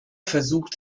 versucht